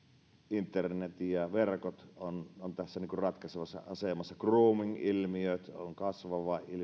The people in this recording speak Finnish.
internet ja verkot ovat tässä ratkaisevassa asemassa grooming ilmiö on